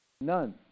None